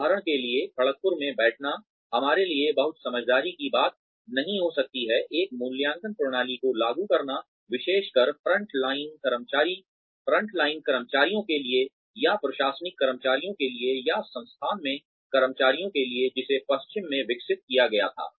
उदाहरण के लिए खड़गपुर में बैठना हमारे लिए बहुत समझदारी की बात नहीं हो सकती है एक मूल्यांकन प्रणाली को लागू करना विशेष कर फ्रंट लाइन कर्मचारियों के लिए या प्रशासनिक कर्मचारियों के लिए या संस्थान में कर्मचारियों के लिए जिसे पश्चिम में विकसित किया गया था